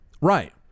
Right